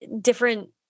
different